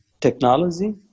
technology